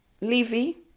Levy